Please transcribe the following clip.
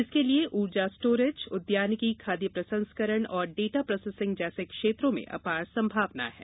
इसके लिए ऊर्जा स्टोरेज उद्यानिकी खाद्य प्रसंस्करण और डेटा प्रोसेसिंग जैसे क्षेत्रों में अपार संभावनाएं हैं